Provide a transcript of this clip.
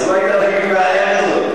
אז לא היתה בעיה כזאת.